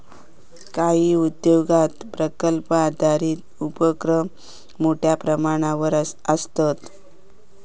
काही उद्योगांत प्रकल्प आधारित उपोक्रम मोठ्यो प्रमाणावर आसता